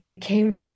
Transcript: came